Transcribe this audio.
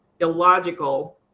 illogical